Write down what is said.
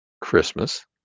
christmas